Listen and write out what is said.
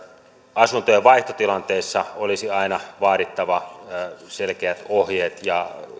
asuntojen vaihtotilanteissa olisi aina vaadittava selkeät ohjeet ja